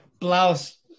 blouse